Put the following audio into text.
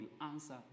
answer